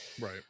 Right